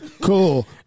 cool